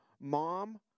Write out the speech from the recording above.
mom